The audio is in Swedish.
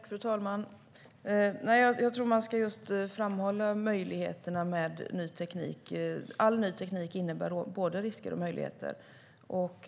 Fru talman! Jag tror att man just ska framhålla möjligheterna med ny teknik. All ny teknik innebär både risker och möjligheter.